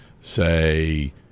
say